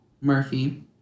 Murphy